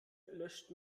löscht